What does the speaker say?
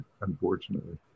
Unfortunately